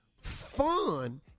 fun